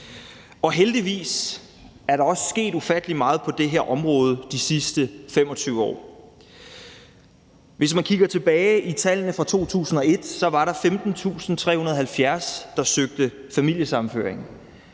og heldigvis er der også sket ufattelig meget på det her område i de sidste 25 år. Hvis man kigger tilbage i tallene fra 2001, var der 15.370, der søgte om familiesammenføring,